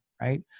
right